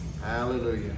Hallelujah